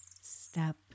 step